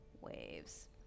waves